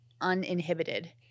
uninhibited